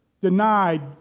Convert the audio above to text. Denied